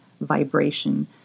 vibration